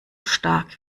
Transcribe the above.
stark